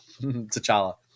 T'Challa